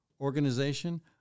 Organization